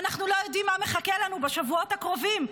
ואנחנו לא יודעים מה מחכה לנו בשבועות הקרובים.